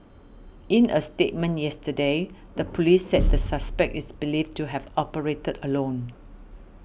in a statement yesterday the police said the suspect is believed to have operated alone